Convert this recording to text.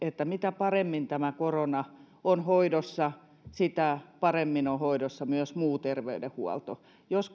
mitä paremmin tämä korona on hoidossa sitä paremmin on hoidossa myös muu terveydenhuolto jos